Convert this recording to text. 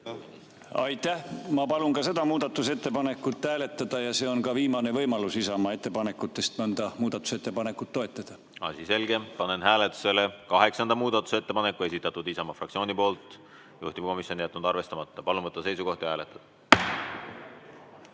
Aitäh! Ma palun ka seda muudatusettepanekut hääletada. See on ka viimane võimalus Isamaa ettepanekutest mõnda toetada. Asi selge. Panen hääletusele kaheksanda muudatusettepaneku. Esitatud Isamaa fraktsiooni poolt, juhtivkomisjon on jätnud arvestamata. Palun võtta seisukoht ja hääletada!